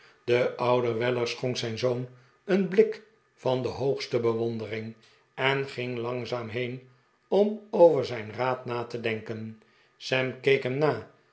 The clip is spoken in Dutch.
de oude weller schonk zijn zoon een blik van de hoogste bewondering en ging langzaam heen om over zijn raad na te denken sam keek hem na